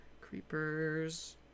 creepers